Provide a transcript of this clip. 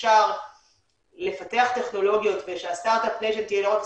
אפשר לפתח טכנולוגיות ושהסטארט אפ ניישן תהיה לא רק